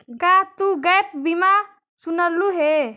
का तु गैप बीमा सुनलहुं हे?